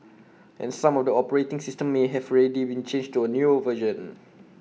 and some of the operating systems may have already been changed to A newer version